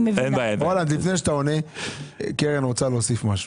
רולנד, לפני שאתה עונה, קרן רוצה להוסיף משהו.